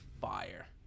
fire